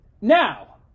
Now